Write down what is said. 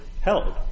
held